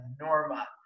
Norma